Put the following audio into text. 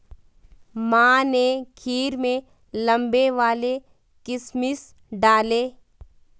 माँ ने खीर में लंबे वाले किशमिश डाले